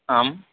आम्